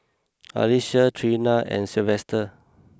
Alisha Treena and Silvester